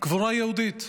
קבורה יהודית.